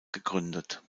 gegründet